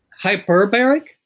Hyperbaric